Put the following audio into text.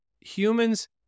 Humans